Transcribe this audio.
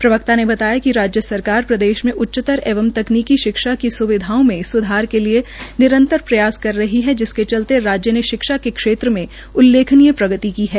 प्रवक्ता ने बताया कि राज्य सराकर प्रदेश में उच्चतर एवं तकनीकी शिक्षा की सुविधाओं में सुधार के लिए निरंतर प्रयास कर रही है जिसके चलते राज्य के शिक्षा के क्षेत्र में उल्लेखनीय प्रगति की है